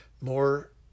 More